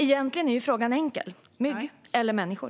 Egentligen är frågan enkel: Mygg eller människor?